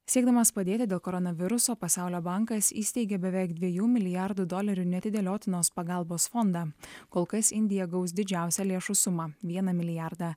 siekdamas padėti dėl koronaviruso pasaulio bankas įsteigė beveik dviejų milijardų dolerių neatidėliotinos pagalbos fondą kol kas indija gaus didžiausią lėšų sumą vieną milijardą